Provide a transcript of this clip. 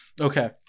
Okay